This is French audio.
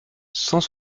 cent